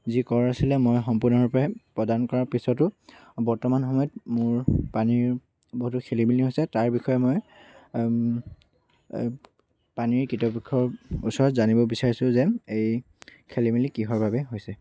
যি কৰ আছিলে মই সম্পূৰ্ণৰূপে প্ৰদান কৰাৰ পিছতো বৰ্তমান সময়ত মোৰ পানীৰ বহুতো খেলিমেলি হৈছে তাৰ বিষয়ে মই পানীৰ কৃতপক্ষৰ ওচৰত জানিব বিচাৰিছোঁ যে এই খেলিমেলি কিহৰ বাবে হৈছে